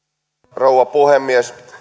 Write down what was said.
rouva puhemies